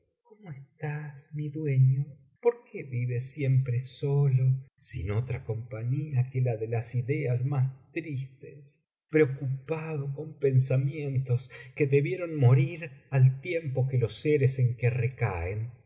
cómo estás mi dueño por qué vives siempre sólo sin otra compañía que la de las ideas más tristes preocupado con pensamientos que debieron morir al tiempo que los seres en que recaen